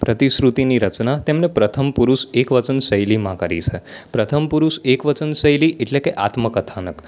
પ્રતિશ્રુતિની રચના તેમને પ્રથમ પુરુષ એકવચન શૈલીમાં કરી છે પ્રથમ પુરુષ એકવચન શૈલી એટલે કે આત્મકથાનક